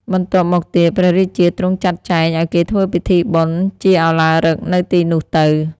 បន្ទប់មកទៀតព្រះរាជាទ្រង់ចាត់ចែងឲ្យគេធ្វើពិធីបុណ្យជាឱឡារិកនៅទីនោះទៅ ។